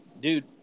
dude